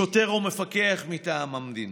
שוטר או מפקח מטעם המדינה.